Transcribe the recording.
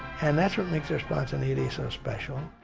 and that's what makes their spontaneity special.